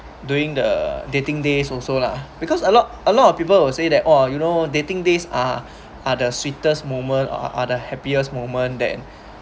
during the dating days also lah because a lot a lot of people will say that oh you know dating days are are the sweetest moment or other happiest moment that